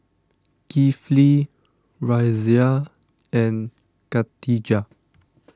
Kifli Raisya and Khatijah